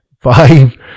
five